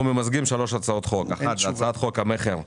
אנחנו ממזגים שלוש הצעות חוק: (1) הצעת חוק המכר (דירות)